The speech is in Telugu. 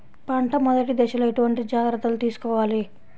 పంట మెదటి దశలో ఎటువంటి జాగ్రత్తలు తీసుకోవాలి?